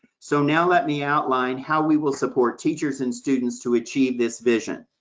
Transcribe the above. so now let me outline how we will support teachers and students to achieve this vision.